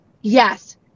Yes